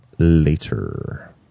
Later